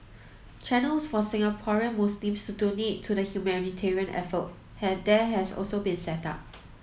channels for Singaporean Muslims to donate to the humanitarian effort has there has also been set up